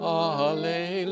alleluia